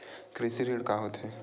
कृषि ऋण का होथे?